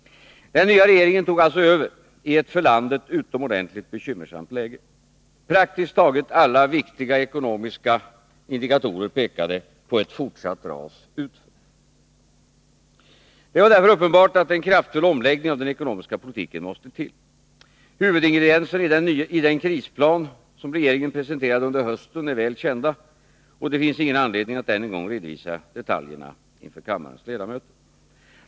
Den nya regeringen tog alltså över i ett för landet utomordentligt bekymmersamt läge. Praktiskt taget alla viktiga ekonomiska indikatorer pekade på ett fortsatt ras utför. Det var därför uppenbart att en kraftfull omläggning av den ekonomiska politiken måste till. Huvudingredienserna i den krisplan som regeringen presenterade under hösten är väl kända, och det finns ingen anledning att ännu en gång redovisa detaljerna inför kammarens ledamöter.